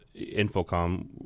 infocom